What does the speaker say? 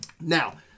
Now